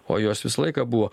o jos visą laiką buvo